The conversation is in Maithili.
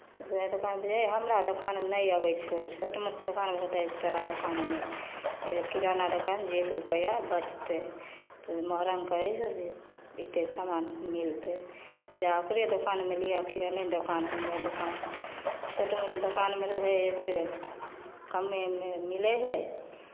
जएह दोकानपर जैयै हमरा दोकानमे नहि अबै छै छोट मोट दोकानमे हेतै तोरा दोकानमे किराना दोकान जे एक रुपैआ बचतै तऽ मोलभाव करै छलियै एतेक सामान मिलतै जाउ ओकरे दोकानमे लिअ किराने दोकानमे हमरे दोकान छोट मोट दोकानमे रहैत हइ से कमेमे मिलै हइ